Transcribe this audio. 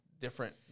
different